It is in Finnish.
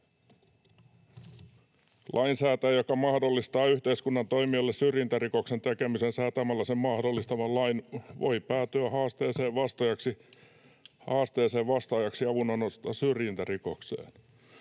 Lainsäätäjä, joka mahdollistaa yhteiskunnan toimijoille syrjintärikoksen tekemisen säätämällä sen mahdollistavan lain, voi päätyä haasteeseen vastaajaksi avunannosta syrjintärikokseen.”